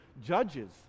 judges